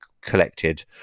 collected